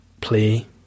play